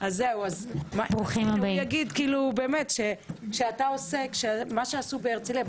מה שעשו בהרצליה,